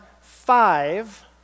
five